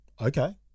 Okay